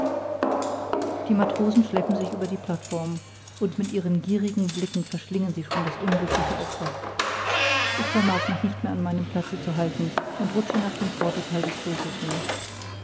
die matrosen schleppen sich über die plateform und mit ihren gierigen blicken verschlingen sie schon das unglückliche opfer ich vermag mich nicht mehr auf meinem platze zu halten und rutsche nach dem vordertheil des flosses hin